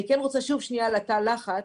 אני כן רוצה לדבר שוב על תא הלחץ,